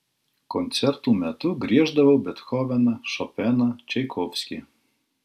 koncertų metu grieždavau bethoveną šopeną čaikovskį